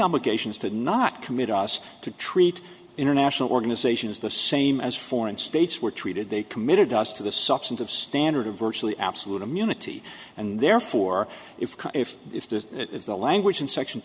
obligations did not commit us to treat international organizations the same as foreign states were treated they committed us to the substantive standard of virtually absolute immunity and therefore if if if this is the language in se